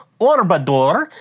Orbador